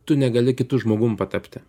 tu negali kitu žmogum patapti